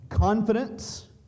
Confidence